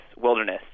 wilderness